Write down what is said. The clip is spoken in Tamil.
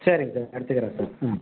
சரிங்க சார் எடுத்துக்கிறேங்க சார் ம்